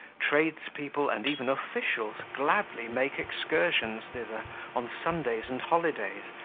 tradespeople and even officials gladly make excursions thither on sundays and holidays,